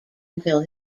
until